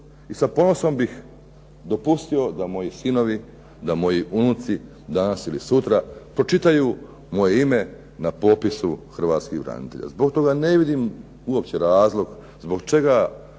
I sa ponosom bih dopustio da moji sinovi, da moji unuci danas ili sutra pročitaju moje ime na popisu hrvatskih branitelja. Zbog toga ne vidim uopće razlog zbog čega